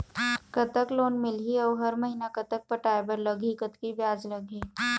कतक लोन मिलही अऊ हर महीना कतक पटाए बर लगही, कतकी ब्याज लगही?